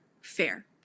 fair